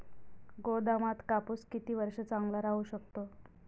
गोदामात कापूस किती वर्ष चांगला राहू शकतो?